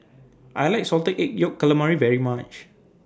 I like Salted Egg Yolk Calamari very much